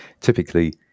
typically